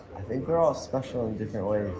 i think they're all special in different ways.